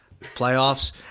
playoffs